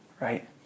right